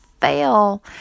fail